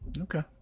okay